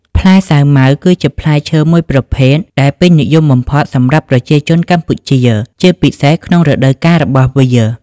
ផ្លែសាវម៉ាវ គឺជាផ្លែឈើមួយប្រភេទដែលពេញនិយមបំផុតសម្រាប់ប្រជាជនកម្ពុជា ជាពិសេសក្នុងរដូវកាលរបស់វា។